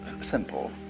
simple